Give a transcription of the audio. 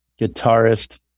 guitarist